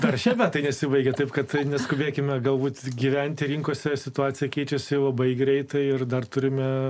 dar šie metai nesibaigia taip kad neskubėkime galbūt gyventi rinkose situacija keičiasi labai greitai ir dar turime